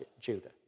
Judah